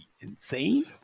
insane